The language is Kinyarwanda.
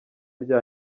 rya